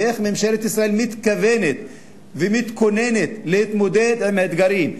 איך ממשלת ישראל מתכוונת ומתכוננת להתמודד עם אתגרים,